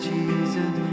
Jesus